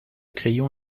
crayon